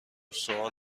سوال